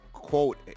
Quote